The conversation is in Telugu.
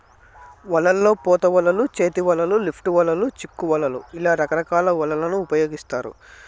వలల్లో పోత వలలు, చేతి వలలు, లిఫ్ట్ వలలు, చిక్కు వలలు ఇలా రకరకాల వలలను ఉపయోగిత్తారు